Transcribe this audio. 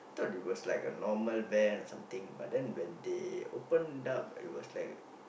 I thought it was like a normal van or something but then when they open up it was like